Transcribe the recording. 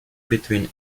between